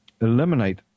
eliminate